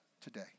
today